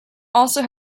also